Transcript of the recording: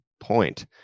point